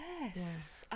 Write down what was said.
yes